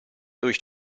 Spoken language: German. durch